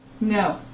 No